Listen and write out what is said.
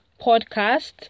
podcast